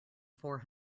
four